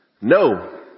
no